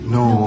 no